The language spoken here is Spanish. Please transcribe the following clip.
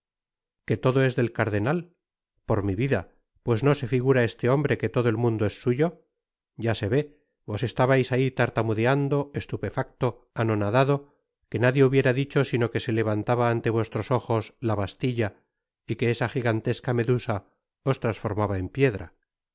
qué todo es del cardenal por mi vida pues no se figura este hombre que todo el mundo es suyo ya se vé i vos estabais ahi tartamudeando estupefacto anonadado que nadie hubiera dicho sino que se levantaba ante vuestros ojos la bastilla y que esa gigantesca medusa os transformaba en piedra